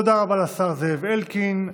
תודה רבה לשר זאב אלקין.